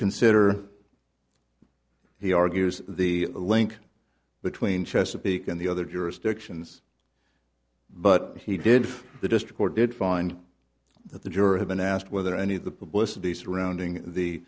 consider he argues the link between chesapeake and the other jurisdictions but he did the district or did find that the jury had been asked whether any of the publicity surrounding the